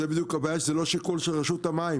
זה בדיוק הבעיה שזה לא שיקול של רשות המים,